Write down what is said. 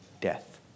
death